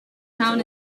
town